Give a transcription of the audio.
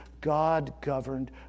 God-governed